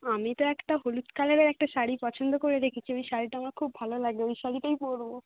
আমি তো একটা হদুল কালারের একটা শাড়ি পছন্দ করে রেখেছি ওই শাড়িটা আমার খুব ভালো লাগে ওই শাড়িটাই পরে নোবো